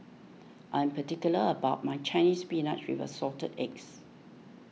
I am particular about my Chinese Spinach with Assorted Eggs